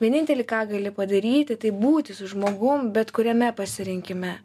vienintelį ką gali padaryti tai būti su žmogum bet kuriame pasirinkime